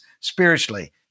spiritually